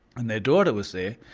and their daughter was there.